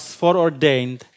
foreordained